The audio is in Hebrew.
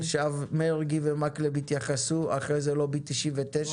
חברי הכנסת מרגי ומקלב יתייחסו, אחרי כן לובי 99,